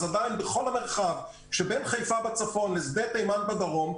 עדיין בכל המרחב שבין חיפה בצפון לשדה תימן בדרום,